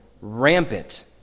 rampant